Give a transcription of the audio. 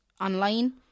online